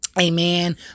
Amen